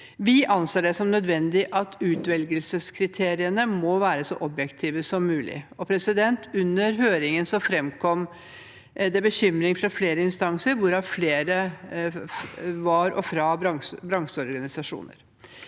Vi anser det som nødvendig at utvelgelseskriteriene må være så objektive som mulig. Under høringen framkom det bekymring fra flere instanser, hvorav flere var bransjeorganisasjoner.